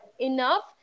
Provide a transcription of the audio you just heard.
enough